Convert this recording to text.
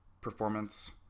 performance